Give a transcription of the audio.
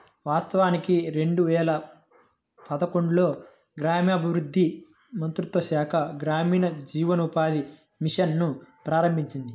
వాస్తవానికి రెండు వేల పదకొండులో గ్రామీణాభివృద్ధి మంత్రిత్వ శాఖ గ్రామీణ జీవనోపాధి మిషన్ ను ప్రారంభించింది